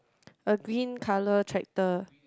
a green color tractor